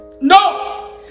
No